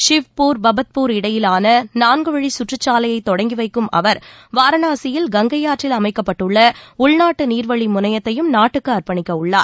ஷிவ்பூர் பபத்பூர் இடையிலான நான்கு வழி சுற்றுச் சாலையை தொடங்கி வைக்கும் அவர் வாரணாசியில் கங்கை ஆற்றில் அமைக்கப்பட்டுள்ள உள்நாட்டு நீர்வழி முனையத்தையும் நாட்டுக்கு அர்ப்பணிக்க உள்ளார்